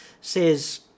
says